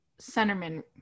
centerman